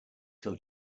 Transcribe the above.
till